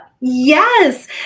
Yes